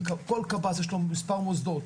כל קב"ס יש לו מספר מוסדות